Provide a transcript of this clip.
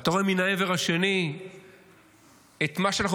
ואתה רואה מן העבר השני את מה שאנחנו